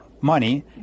money